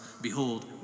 Behold